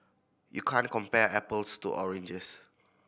you can't compare apples to oranges